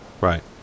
Right